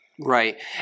Right